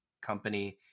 company